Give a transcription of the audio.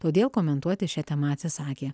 todėl komentuoti šia tema atsisakė